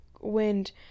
wind